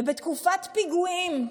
ובתקופה של פיגועים,